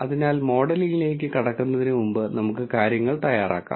അതിനാൽ മോഡലിംഗിലേക്ക് കടക്കുന്നതിന് മുമ്പ് നമുക്ക് കാര്യങ്ങൾ തയ്യാറാക്കാം